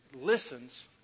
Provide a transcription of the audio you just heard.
Listens